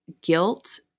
guilt